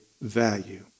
value